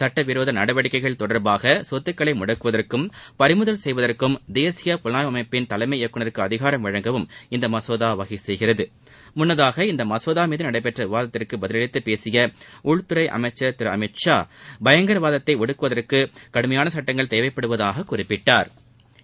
சட்டவிரோத நடவடிக்கைகள் தொடர்பாக சொத்துக்களை முடக்குவதற்கும் பறிமுதல் செய்வதற்கும் தேசிய புலனாய்வு அமைப்பின் தலைமை இயக்குனருக்கு அதிகாரம் வழங்கவும் இம்மசோதா வகை செய்கிறது முன்னதாக இம்மசோதா மீது நடைபெற்ற விவாதத்திற்கு பதிலளித்து பேசிய உள்துறை அமைச்சா் திரு அமித்ஷா பயங்கரவாதத்தை ஒடுக்குவதற்கு கடுமையான சட்டங்கள் தேவைபடுவதாக குறிப்பிட்டாா்